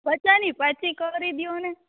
પચાસ નહીં પચીસ કરી દ્યોને